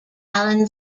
alan